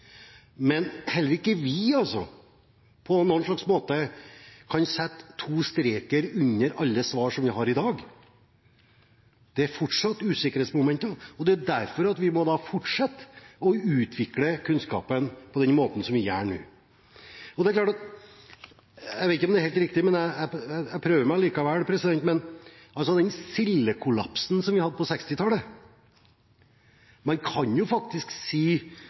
men heller ikke vi kan på noen som helst måte sette to streker under alle svar som vi har i dag. Det er fortsatt usikkerhetsmomenter, og det er derfor vi må fortsette å utvikle kunnskapen på den måten vi gjør nå. Jeg vet ikke om det er helt riktig, men jeg prøver meg likevel: En kan faktisk si at den sildekollapsen vi hadde på